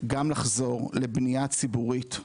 גם לחזור לבנייה ציבורית,